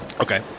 Okay